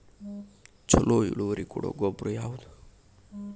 ಛಲೋ ಇಳುವರಿ ಕೊಡೊ ಗೊಬ್ಬರ ಯಾವ್ದ್?